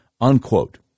unquote